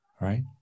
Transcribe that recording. right